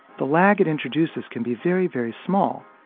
the lag it introduces can be very, very small,